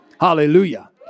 hallelujah